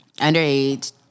underage